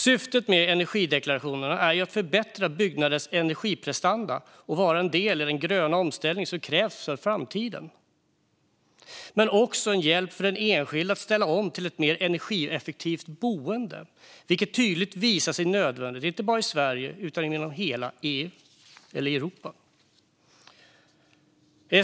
Syftet med energideklarationerna är att förbättra byggnaders energiprestanda och att de ska vara en del i den gröna omställning som krävs för framtiden. Men de ska också vara en hjälp för den enskilde att ställa om till ett mer energieffektivt boende. Det har tydligt visat sig nödvändigt inte bara i Sverige utan inom hela Europa.